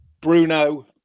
Bruno